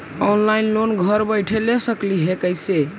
Online loan घर बैठे ले सकली हे, कैसे?